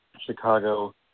Chicago